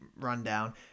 rundown